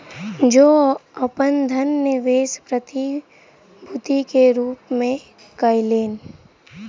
ओ अपन धन निवेश प्रतिभूति के रूप में कयलैन